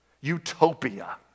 utopia